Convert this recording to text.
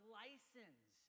license